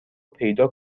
پیدا